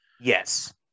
Yes